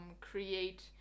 create